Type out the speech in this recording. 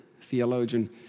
theologian